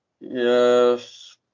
Yes